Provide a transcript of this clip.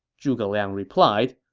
zhuge liang replied,